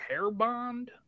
Hairbond